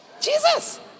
Jesus